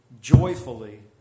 joyfully